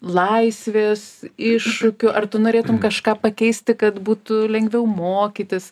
laisvės iššūkių ar tu norėtumei kažką pakeisti kad būtų lengviau mokytis